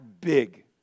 big